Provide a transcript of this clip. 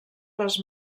les